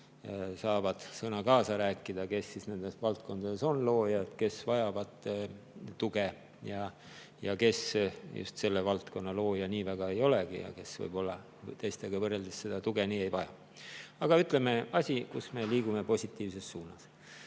saavad loomeliidud kaasa rääkida, kes selles valdkonnas on loojad, kes vajavad tuge, ja kes selle valdkonna looja nii väga ei olegi ja kes võib-olla teistega võrreldes tuge nii [väga] ei vaja. Aga ütleme, et me liigume positiivses suunas.